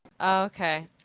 Okay